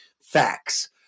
facts